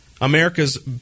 America's